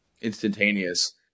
instantaneous